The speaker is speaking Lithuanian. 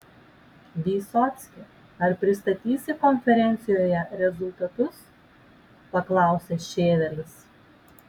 vysocki ar pristatysi konferencijoje rezultatus paklausė šėvelis